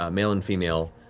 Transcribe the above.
ah male and female,